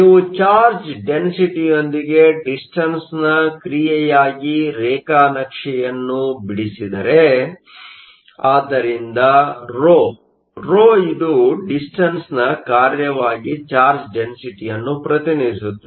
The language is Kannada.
ನೀವು ಚಾರ್ಜ್ ಡೆನ್ಸಿಟಿಯೊಂದಿಗೆ ಡಿಸ್ಟನ್ಸ್ನ ಕ್ರಿಯೆಯಾಗಿ ರೇಖಾನಕ್ಚೆಯನ್ನು ಬಿಡಿಸಿದರೆ ಆದ್ದರಿಂದ ρ ʼρʼ ಇದು ಡಿಸ್ಟನ್ಸ್ನ ಕಾರ್ಯವಾಗಿ ಚಾರ್ಜ್ ಡೆನ್ಸಿಟಿಯನ್ನು ಪ್ರತಿನಿಧಿಸುತ್ತದೆ